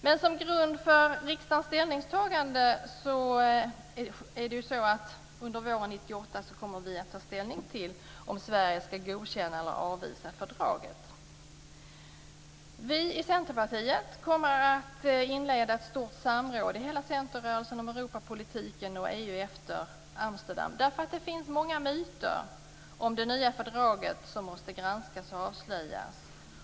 Men som grund för riksdagens ställningstagande kommer vi under våren 1998 att ta ställning till om Sverige skall godkänna eller avvisa fördraget. Vi i Centerpartiet kommer att inleda ett stort samråd i hela centerrörelsen om Europapolitiken och EU efter Amsterdamfördraget, eftersom det finns många myter om det nya fördraget som måste granskas och avslöjas.